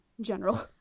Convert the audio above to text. general